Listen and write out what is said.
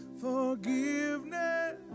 forgiveness